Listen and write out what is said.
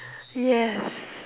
yes